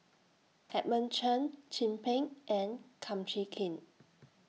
Edmund Cheng Chin Peng and Kum Chee Kin